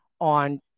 on